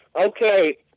Okay